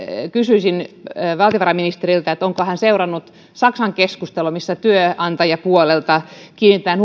kysyisin valtiovarainministeriltä onko hän seurannut saksan keskustelua missä työnantajapuolelta kiinnitetään